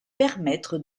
permettre